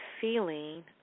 feeling